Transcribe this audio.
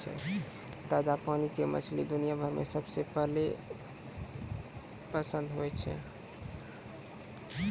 ताजा पानी के मछली दुनिया भर मॅ सबके पहलो पसंद होय छै